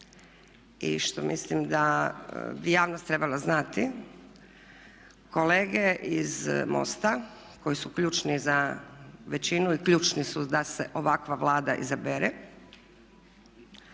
i što mislim da bi javnost trebala znati kolege iz MOST-a koji su ključni za većinu i ključni su da se ovakva Vlada izabere